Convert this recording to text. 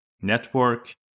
network